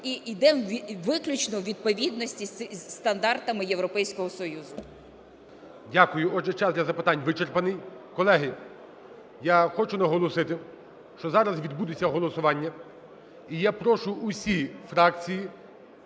і ідемо виключно у відповідності з стандартами Європейського Союзу. ГОЛОВУЮЧИЙ. Дякую. Отже, час для запитань вичерпаний. Колеги, я хочу наголосити, що зараз відбудеться голосування. І я прошу усі фракції